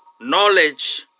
knowledge